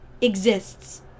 exists